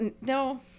No